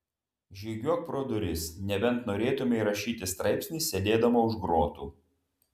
žygiuok pro duris nebent norėtumei rašyti straipsnį sėdėdama už grotų